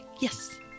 Yes